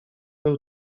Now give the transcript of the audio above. był